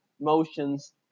motions